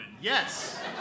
Yes